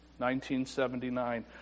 1979